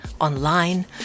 online